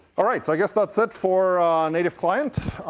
all right. so i guess that's it for native client.